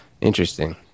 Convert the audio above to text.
Interesting